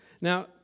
Now